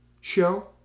show